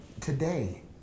today